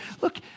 look